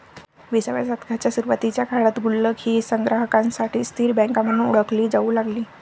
विसाव्या शतकाच्या सुरुवातीच्या काळात गुल्लक ही संग्राहकांसाठी स्थिर बँक म्हणून ओळखली जाऊ लागली